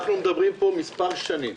אנחנו מדברים פה מספר שנים